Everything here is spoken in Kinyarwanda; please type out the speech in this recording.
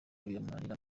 biramunanira